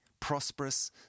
prosperous